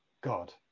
God